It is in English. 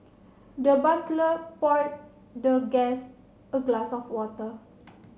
the butler poured the guest a glass of water